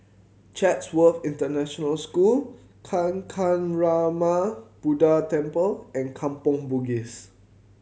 Chatsworth International School Kancanarama Buddha Temple and Kampong Bugis